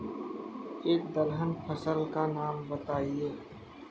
एक दलहन फसल का नाम बताइये